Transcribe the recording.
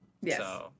Yes